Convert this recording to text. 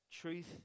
truth